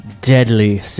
deadly